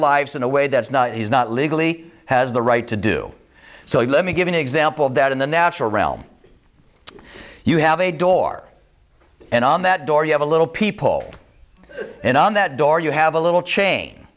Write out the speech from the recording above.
lives in a way that's not he's not legally has the right to do so let me give an example that in the natural realm you have a door and on that door you have a little people and on that door you have a little chain